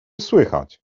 słychać